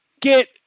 get